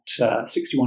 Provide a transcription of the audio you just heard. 61%